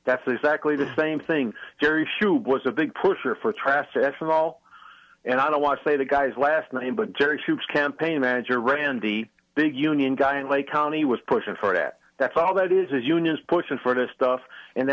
that's exactly the same thing jerry shoop was a big push for trast ethanol and i don't want to say the guy's last name but jerry to his campaign manager randy big union guy in lake county was pushing for that that's all that is unions pushing for this stuff and they